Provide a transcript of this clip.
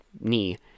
knee